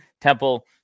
temple